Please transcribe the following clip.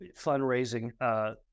fundraising